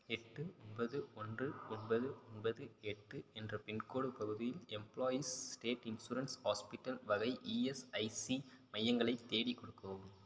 எட்டு ஒன்பது ஒன்று ஒன்பது ஒன்பது எட்டு என்ற பின்கோடு பகுதியில் எம்ப்ளாயீஸ் ஸ்டேட் இன்சூரன்ஸ் ஹாஸ்பிட்டல் வகை இஎஸ்ஐசி மையங்களைத் தேடிக் கொடுக்கவும்